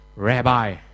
Rabbi